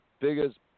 biggest